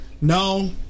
No